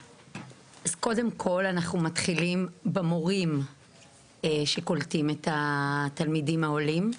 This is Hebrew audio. אז קודם כל אנחנו מתחילים במורים שקולטים את התלמידים העולים,